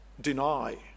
deny